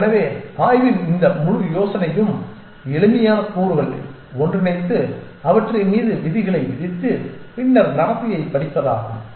எனவே ஆய்வின் இந்த முழு யோசனையும் எளிமையான கூறுகளை ஒன்றிணைத்து அவற்றின் மீது விதிகளை விதித்து பின்னர் நடத்தையைப் படிப்பதாகும்